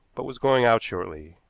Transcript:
but was going out shortly,